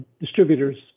distributors